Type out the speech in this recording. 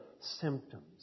symptoms